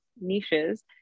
niches